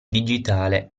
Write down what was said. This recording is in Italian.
digitale